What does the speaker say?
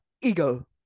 ego